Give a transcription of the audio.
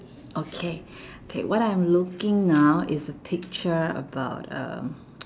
okay K what I'm looking now is a picture about um